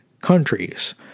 countries